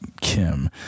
Kim